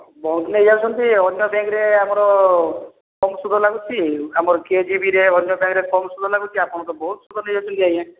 ବହୁତ ନେଇଯାଉଛନ୍ତି ଅନ୍ୟ ବ୍ୟାଙ୍କରେ ଆମର କମ ସୁଧ ଲାଗୁଛି ଆମର କେଜିବିରେ ଅନ୍ୟ ବ୍ୟାଙ୍କରେ କମ ସୁଧ ଲାଗୁଛି ଆପଣ ତ ବହୁତ ସୁଧ ନେଇଯାଉଛନ୍ତି ଆଜ୍ଞା